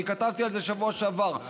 אני כתבתי על זה בשבוע שעבר.